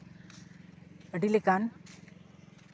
ᱟᱹᱰᱤ ᱞᱮᱠᱟᱱ